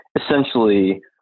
essentially